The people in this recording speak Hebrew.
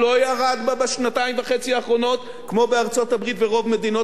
בשנתיים וחצי האחרונות כמו בארצות-הברית וברוב מדינות אירופה.